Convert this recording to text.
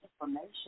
information